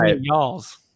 Y'all's